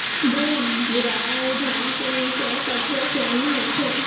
दुबराज धान के ऊँचाई कतका सेमी होथे?